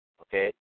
okay